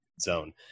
zone